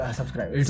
subscribe